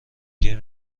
گیر